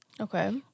Okay